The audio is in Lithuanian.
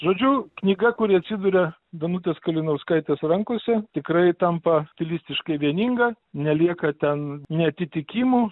žodžiu knyga kuri atsiduria danutės kalinauskaitės rankose tikrai tampa stilistiškai vieninga nelieka ten neatitikimų